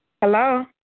Hello